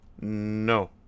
No